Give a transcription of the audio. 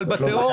אבל בתיאוריה,